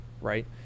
Right